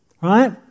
right